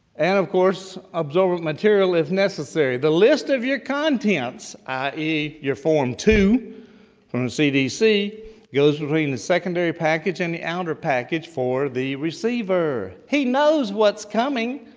and of course, absorbent material if necessary. the list of your contents, i e. your form two from the cdc goes between the secondary package and the outer package for the receiver. he knows what's coming,